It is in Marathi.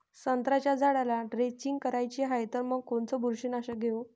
संत्र्याच्या झाडाला द्रेंचींग करायची हाये तर मग कोनच बुरशीनाशक घेऊ?